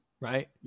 right